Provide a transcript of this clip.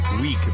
week